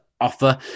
offer